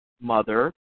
mother